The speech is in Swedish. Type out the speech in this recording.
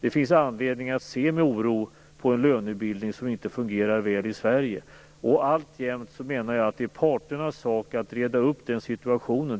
Det finns anledning att se med oro på en lönebildning som inte fungerar väl i Sverige. Alltjämt menar jag att det är parternas sak att reda upp situationen.